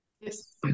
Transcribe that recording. Yes